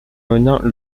menin